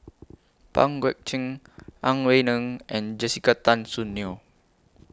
Pang Guek Cheng Ang Wei Neng and Jessica Tan Soon Neo